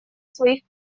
своих